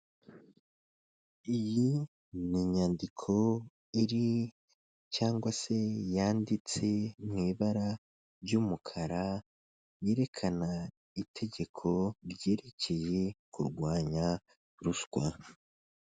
Iyi ni inyandiko iri cyangwa se yanditse mu ibara ry'umukara yerekana itegeko ryerekeye kurwanya ruswa.